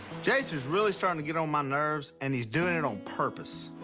jase is really starting to get on my nerves and he's doing it on purpose.